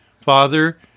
Father